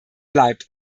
bleibt